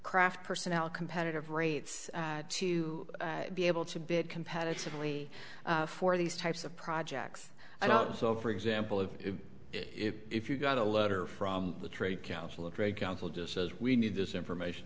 craft personnel competitive rates to be able to bid competitively for these types of projects or not so for example if if if if you got a letter from the trade council a trade council just says we need this information